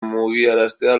mugiaraztea